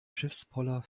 schiffspoller